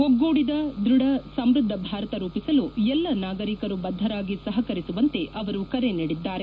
ಒಗ್ಗೂಡಿದ ದೃಢ ಸಮೃದ್ಧ ಭಾರತ ರೂಪಿಸಲು ಎಲ್ಲ ನಾಗರಿಕರು ಬದ್ದರಾಗಿ ಸಹಕರಿಸುವಂತೆ ಅವರು ಕರೆ ನೀಡಿದ್ದಾರೆ